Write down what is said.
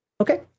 Okay